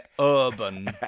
Urban